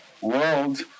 world